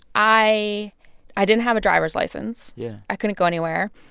i i didn't have a driver's license yeah i couldn't go anywhere.